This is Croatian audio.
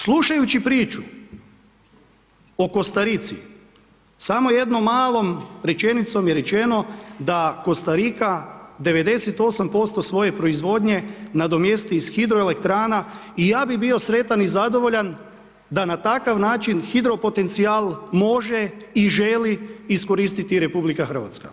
Slušajući priču o Kostarici samo jednom malom rečenicom je rečeno da Kostarika 98% svoje proizvodnje nadomjesti iz hidroelektrana i ja bi bio sretan i zadovoljan da na takav način hidropotencijal može i želi iskoristiti RH.